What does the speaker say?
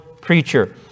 preacher